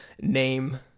name